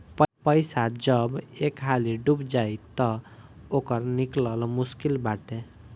पईसा एक हाली जब डूब जाई तअ ओकर निकल मुश्लिक बाटे